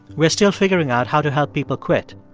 we're still figuring out how to help people quit.